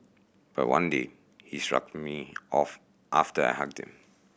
but one day he shrugged me off after I hugged him